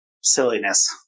silliness